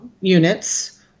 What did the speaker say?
units